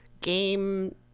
game